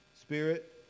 spirit